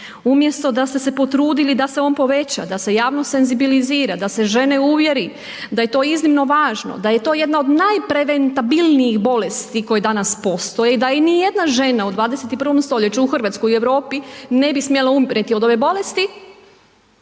umjesto da ste se potrudili da se on poveća, da se javnost senzibilizira, da se žene uvjeri da je to iznimno važno, da je to jedna od najpreventabilnijih bolesti koje danas postoje i da i ni jedna žena u 21. stoljeću, u Hrvatskoj i u Europi ne bi smjela umrijeti od ove bolesti,